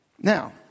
Now